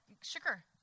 sugar